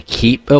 keep